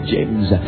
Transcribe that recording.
James